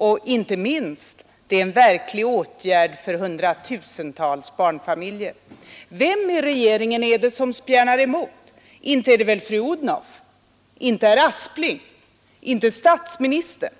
Och, inte minst, det är en verkligt god åtgärd för hundratusentals barnfamiljer. Vem i regeringen är det som spjärnar emot? Inte är det väl fru Odhnoff? Och inte herr Aspling. Inte statsministern.